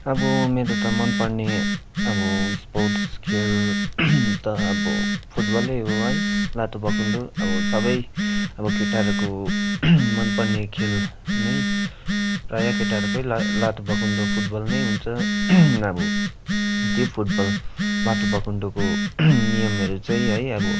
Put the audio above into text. अब मेरो त मन पर्ने अब स्पोर्ट्स खेल त अब फुटबलै हो है लात्ते भकुन्डो अब सबै अब केटाहरूको मन पर्ने खेल नै प्राय केटाहरूकै ला लात्ते भकुन्डो फुटबल नै हुन्छ अब त्यो फुटबल लात्ते भकुन्डोको नियमहरू चाहिँ है अब